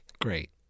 Great